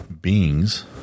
beings